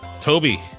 Toby